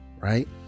right